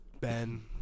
Ben